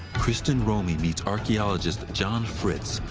kristin romey meets archaeologist john fritz,